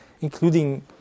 including